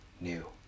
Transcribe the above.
new